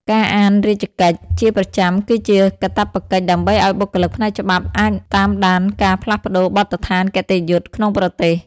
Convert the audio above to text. ការអាន "រាជកិច្ច" ជាប្រចាំគឺជាកាតព្វកិច្ចដើម្បីឱ្យបុគ្គលិកផ្នែកច្បាប់អាចតាមដានការផ្លាស់ប្តូរបទដ្ឋានគតិយុត្តិក្នុងប្រទេស។